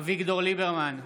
אביגדור ליברמן,